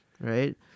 right